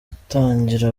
gutangira